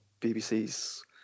BBC's